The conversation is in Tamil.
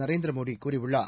நரேந்திரமோடிகூறியுள்ளார்